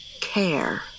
care